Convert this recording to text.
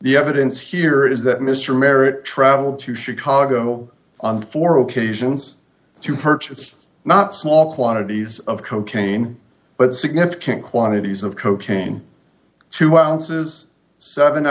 the evidence here is that mr merrett traveled to chicago on four occasions to purchase not small quantities of cocaine but significant quantities of cocaine two ounces seven